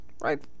Right